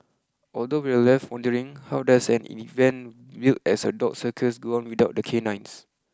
although we're left wondering how does an event billed as a dog circus go on without the canines